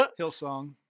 Hillsong